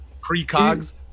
Pre-Cogs